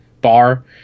bar